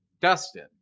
dustin